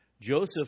Joseph